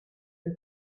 the